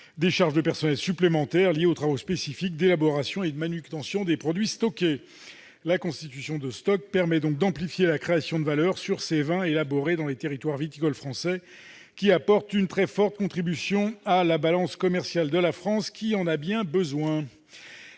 des charges de personnel supplémentaires liées aux travaux spécifiques d'élaboration et de manutention des produits stockés. La constitution de stocks permet donc d'amplifier la création de valeur sur ces vins élaborés dans les terroirs viticoles français, lesquels contribuent très fortement à la balance commerciale de la France, et elle en a bien besoin.